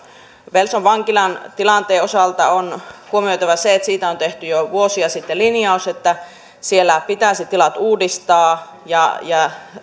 pelson vankilan tilanteen osalta on huomioitava se että siitä on tehty jo vuosia sitten linjaus että siellä pitäisi tilat uudistaa ja ja